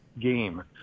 game